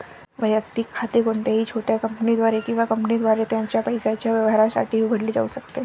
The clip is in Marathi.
वैयक्तिक खाते कोणत्याही छोट्या कंपनीद्वारे किंवा कंपनीद्वारे त्याच्या पैशाच्या व्यवहारांसाठी उघडले जाऊ शकते